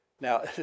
Now